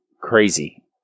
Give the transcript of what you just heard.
crazy